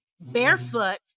barefoot